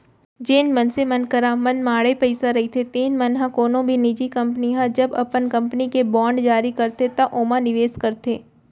जेन मनसे मन करा मनमाड़े पइसा रहिथे तेन मन ह कोनो भी निजी कंपनी ह जब अपन कंपनी के बांड जारी करथे त ओमा निवेस करथे